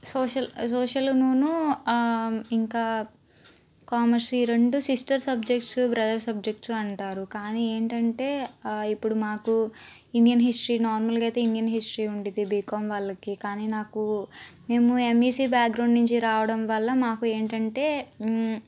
social సోషల్లును ఇంకా commerce ఈ రెండు సిస్టర్ సబ్జెక్ట్స్ బ్రదర్స్ సబ్జెక్ట్స్ అంటారు కానీ ఏంటంటే ఇప్పుడు మాకు ఇండియన్ హిస్టరీ నార్మల్గా అయితే ఇండియన్ హిస్టరీ ఉంటుంది బికామ్ వాళ్ళకి కానీ నాకు మేము ఎంఈసి బ్యాక్గ్రౌండ్ నుంచి రావడం వల్ల మాకు ఏంటంటే